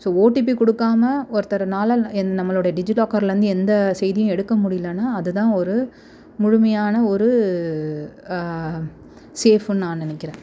so OTP கொடுக்காம ஒருத்தருனால் என் நம்மளோடய டிஜி லாக்கர்லேருந்து எந்த செய்தியும் எடுக்க முடியலன்னா அதுதான் ஒரு முழுமையான ஒரு சேஃப்னு நான் நினைக்கிறேன்